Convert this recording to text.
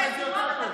אולי זה יותר טוב.